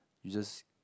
you just